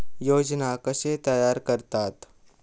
योजना कशे तयार करतात?